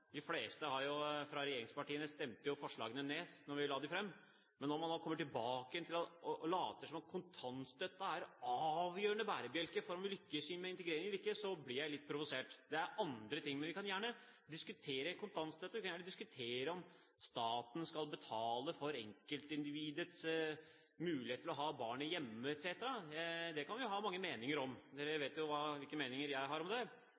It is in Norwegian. de fleste av regjeringspartiene stemte jo forslagene ned da vi la dem fram, men når man da kommer tilbake igjen og later som om kontantstøtten er den avgjørende bærebjelken i om vi lykkes med integreringen eller ikke, så blir jeg litt provosert. Det er andre ting. Men vi kan gjerne diskutere kontantstøtte, og vi kan gjerne diskutere om staten skal betale for enkeltindividets mulighet til å ha barnet hjemme, etc. Det kan vi ha mange meninger om. Dere vet jo hvilke meninger jeg har om det,